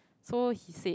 so he said